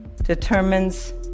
determines